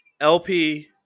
LP